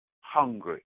hungry